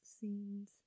scenes